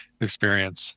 experience